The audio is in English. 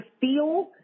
feel